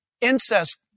incest